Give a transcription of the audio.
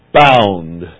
bound